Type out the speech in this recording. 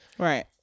Right